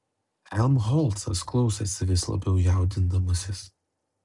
helmholcas klausėsi vis labiau jaudindamasis